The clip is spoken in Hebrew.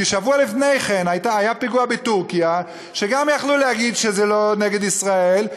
כי שבוע לפני כן היה פיגוע בטורקיה שגם יכלו להגיד שזה לא נגד ישראל,